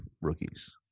rookies